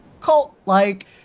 cult-like